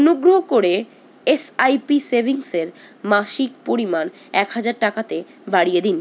অনুগ্রহ করে এসআইপি সেভিংসের মাসিক পরিমাণ এক হাজার টাকাতে বাড়িয়ে দিন